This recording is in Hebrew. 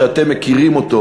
שאתם מכירים אותו,